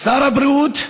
שר הבריאות,